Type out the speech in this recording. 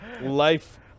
Life